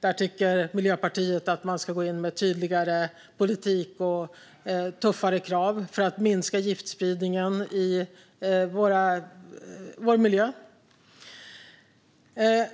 Där tycker Miljöpartiet att man ska gå in med tydligare politik och tuffare krav för att minska giftspridningen i vår miljö.